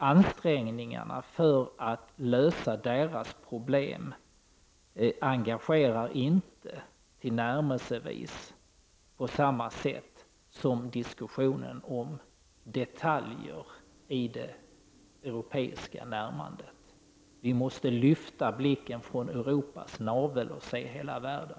Ansträngningarna för att lösa deras problem engagerar inte tillnärmelsevis på samma sätt som diskussionen om detaljer i det europeiska närmandet. Vi måste lyfta blicken från Europas navel och se över hela världen.